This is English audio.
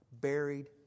buried